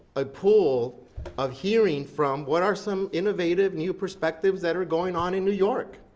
a pool of hearing from what are some innovative new perspectives that are going on in new york,